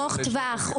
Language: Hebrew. ארוך טווח.